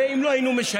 הרי אם לא היינו משנים,